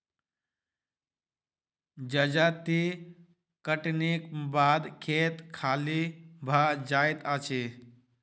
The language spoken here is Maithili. जजाति कटनीक बाद खेत खाली भ जाइत अछि